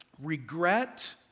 regret